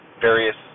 various